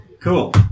Cool